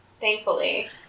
thankfully